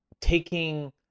taking